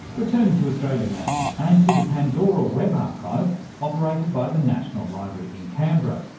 returning to australia now and to the pandora web archive operated by the national library in canberra.